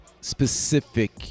specific